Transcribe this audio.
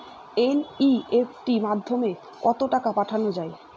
NEFT মাধ্যমে কত টাকা পাঠানো যায়?